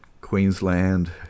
Queensland